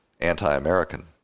anti-American